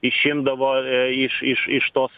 išimdavo iš iš iš tos